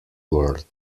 world